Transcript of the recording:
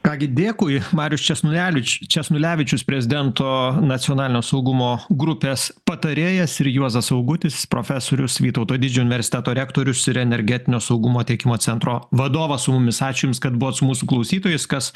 ką gi dėkui marius česnulevič česnulevičius prezidento nacionalinio saugumo grupės patarėjas ir juozas augutis profesorius vytauto didžiojo universiteto rektorius ir energetinio saugumo tiekimo centro vadovas su mumis ačiū jums kad buvot su mūsų klausytojais kas